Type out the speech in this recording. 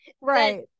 Right